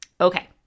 Okay